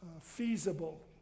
feasible